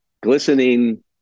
glistening